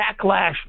backlash